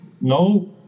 no